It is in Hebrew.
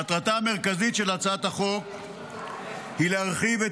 מטרתה המרכזית של הצעת החוק היא להרחיב את